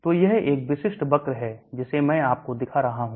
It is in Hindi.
तो यह एक विशिष्ट वक्र है जिसे मैं आपको दिखा रहा हूं